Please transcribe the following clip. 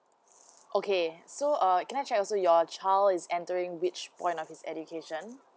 okay so err can I check also your child is entering which point of his education